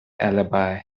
alibi